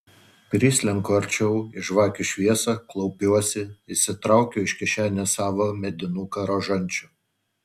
prislenku arčiau į žvakių šviesą klaupiuosi išsitraukiu iš kišenės savo medinuką rožančių